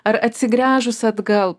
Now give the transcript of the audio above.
ar atsigręžus atgal